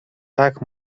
tak